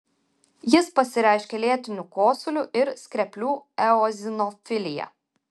jis pasireiškia lėtiniu kosuliu ir skreplių eozinofilija